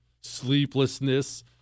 sleeplessness